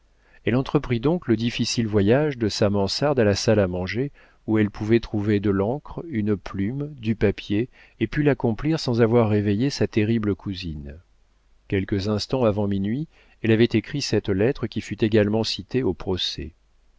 elle entreprit donc le difficile voyage de sa mansarde à la salle à manger où elle pouvait trouver de l'encre une plume du papier et put l'accomplir sans avoir réveillé sa terrible cousine quelques instants avant minuit elle avait écrit cette lettre qui fut également citée au procès